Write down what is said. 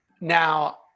now